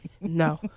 No